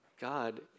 God